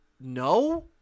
No